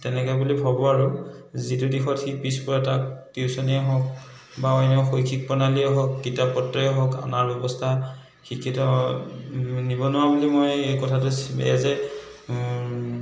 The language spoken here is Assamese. তেনেকৈ বুলি ভাবোঁ আৰু যিটো দিশত সি পিছ পৰে তাক টিউচনেই হওক বা অন্য শৈক্ষিক প্ৰণালীয়ে হওক কিতাপ পত্ৰই হওক অনাৰ ব্যৱস্থা শিক্ষিত নি নিবনুৱা বুলি মই কথাটো এজ এ